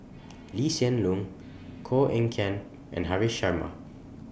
Lee Hsien Loong Koh Eng Kian and Haresh Sharma